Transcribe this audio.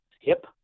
hip